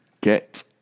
get